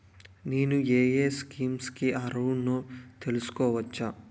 నేను యే యే స్కీమ్స్ కి అర్హుడినో తెలుసుకోవచ్చా?